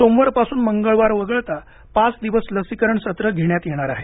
सोमवारपासून मंगळवार वगळता पाच दिवस लसीकरण सत्र घेण्यात येणार आहे